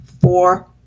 four